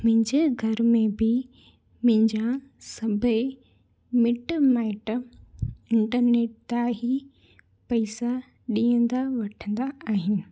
मुंहिंजे घर में बि मुंहिंजा सभेई मिट माइट इंटरनेट तां ई पैसा ॾियंदा वठंदा आहिनि